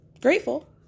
grateful